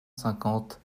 cinquante